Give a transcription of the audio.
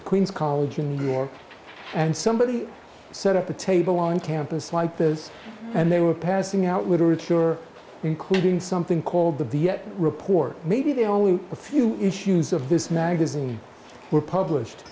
at queens college in new york and somebody set up the table on campus like this and they were passing outward sure including something called the viet report maybe they only a few issues of this magazine were published